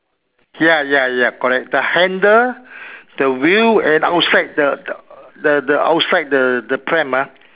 ya ya ya correct the handle the wheel and the outside the the outside the the pram ah